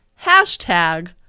Hashtag